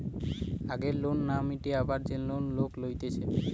আগের লোন না মিটিয়ে আবার যে লোন লোক লইতেছে